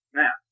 now